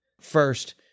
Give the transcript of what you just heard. First